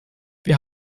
wir